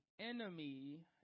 enemy